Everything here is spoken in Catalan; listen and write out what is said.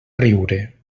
riure